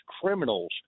criminals